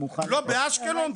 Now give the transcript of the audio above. לא באשקלון,